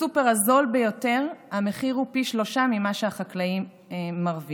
בסופר הזול ביותר המחיר הוא פי שלושה ממה שהחקלאי מרוויח,